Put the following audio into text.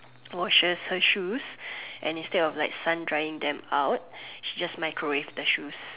washes her shoes and instead of like sun drying them out she just microwave the shoes